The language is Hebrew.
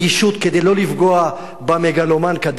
כדי שלא לפגוע במגלומן קדאפי,